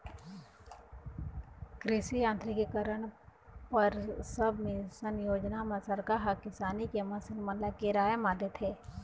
कृषि यांत्रिकीकरन पर सबमिसन योजना म सरकार ह किसानी के मसीन मन ल किराया म देथे